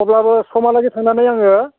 अब्लाबो समालागि थांनानै आङो